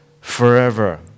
forever